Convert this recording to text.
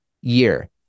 year